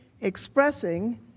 expressing